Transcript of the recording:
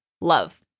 love